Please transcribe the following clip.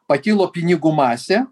pakilo pinigų masė